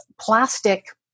plastic